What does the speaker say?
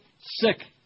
Sick